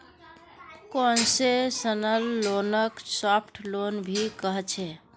concessional लोनक soft loan भी कह छे